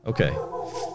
Okay